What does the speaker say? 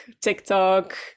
TikTok